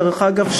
דרך אגב,